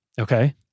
okay